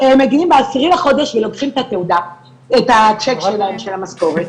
הם מגיעים ב-10 לחודש ולוקחים את הצ'ק שלהם של המשכורת.